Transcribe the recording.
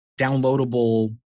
downloadable